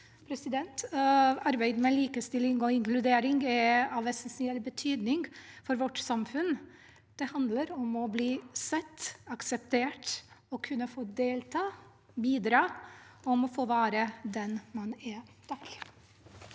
ivaretatt. Arbeid med likestilling og inkludering er av essensiell betydning for vårt samfunn. Det handler om å bli sett og akseptert, om å kunne få delta, få bidra og få være den man er. Mona